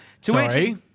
Sorry